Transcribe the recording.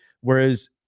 Whereas